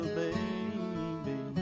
baby